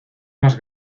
más